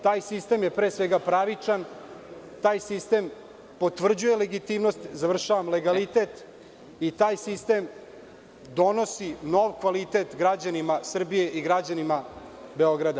Taj sistem je, pre svega, pravičan, taj sistem potvrđuje legitimnost… (Predsednik: Vreme.) … završavam, legalitet i taj sistem donosi nov kvalitet građanima Srbije i građanima Beograda.